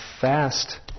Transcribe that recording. fast